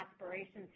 aspirations